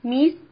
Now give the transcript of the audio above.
Miss